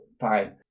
fine